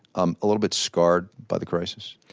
um a little bit scarred by the crisis?